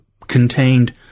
contained